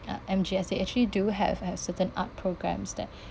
um M_G_S they actually do have have a certain art programmes that